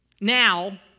now